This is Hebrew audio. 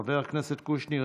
חבר הכנסת קושניר,